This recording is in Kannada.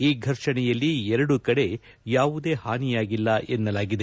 ಈ ಫರ್ಷಣೆಯಲ್ಲಿ ಎರಡೂ ಕಡೆ ಯಾವುದೇ ಹಾನಿಯಾಗಿಲ್ಲ ಎನ್ನಲಾಗಿದೆ